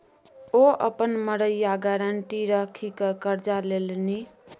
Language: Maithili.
ओ अपन मड़ैया गारंटी राखिकए करजा लेलनि